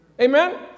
Amen